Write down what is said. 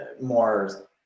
more